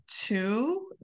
two